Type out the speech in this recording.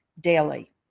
daily